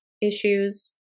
issues